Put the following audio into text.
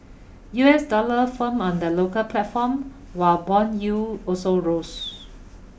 U S dollar firmed on the local platform while bond yield also rose